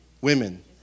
Women